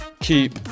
keep